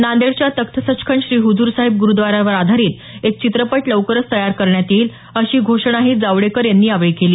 नांदेडच्या तख्त सचखंड श्री हुजूर साहिब ग्रुद्वारावर आधारीत एक चित्रपट लवकरच तयार करण्यात येईल अशी घोषणाही जावडेकर यांनी यावेळी केली